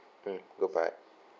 mmhmm goodbye